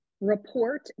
report